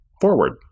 forward